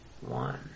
One